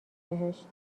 بهش